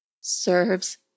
Serves